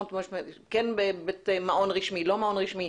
כן מעון רשמי או לא מעון רשמי.